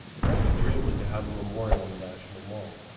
frank's dream was to have a memorial on the national mall,